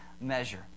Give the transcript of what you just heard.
measure